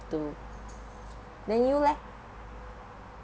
to then you leh